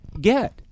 get